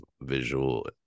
visual